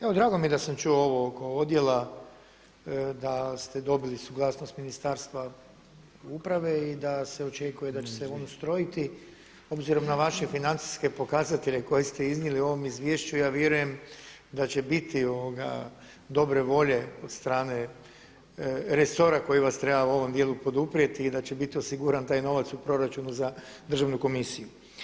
Evo drago mi je da sam čuo ovo oko odjela da ste dobili suglasnost Ministarstva uprave i da se očekuje da će se on ustrojiti obzirom na vaše financijske pokazatelje koje ste iznijeli u ovom izvješću ja vjerujem da će biti dobre volje od strane resora koji vas treba u ovom dijelu poduprijeti i da će biti osiguran taj novac u proračunu za državnu komisiju.